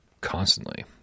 constantly